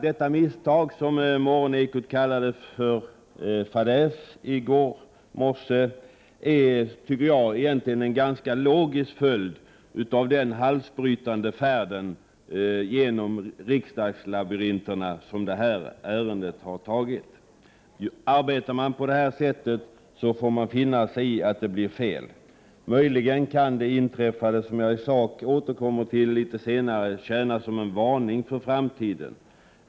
Detta misstag, som Morgonekot i går morse kallade en fadäs, tycker jag egentligen är en ganska logisk följd av den halsbrytande färd genom riksdagslabyrinterna som det här ärendet har tagit. Arbetar man på det sättet får man finna sig i att det blir fel. Möjligen kan det inträffade — som jag återkommer till i sak litet senare — tjäna som en varning för framtiden.